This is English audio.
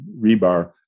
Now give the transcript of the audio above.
rebar